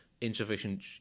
insufficient